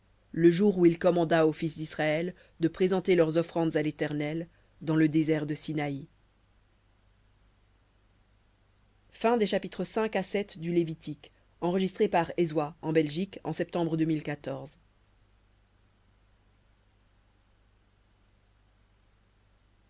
le jour où il commanda aux fils d'israël de présenter leurs offrandes à l'éternel dans le désert de sinaï